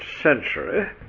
century